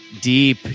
Deep